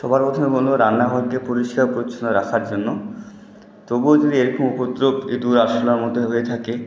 সবার প্রথমে বলব রান্না ঘরকে পরিষ্কার পরিচ্ছন্ন রাখার জন্য তবুও যদি এরকম উপদ্রব ইঁদুর আরশোলার মধ্যে হয়ে থাকে